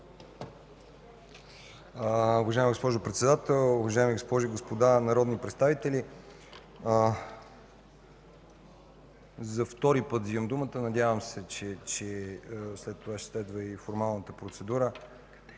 Уважаема госпожо Председател, уважаеми госпожи и господа народни представители! За втори път вземам думата. Надявам се, че след това ще следва и формалната процедура